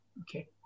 Okay